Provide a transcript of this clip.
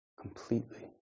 completely